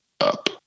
up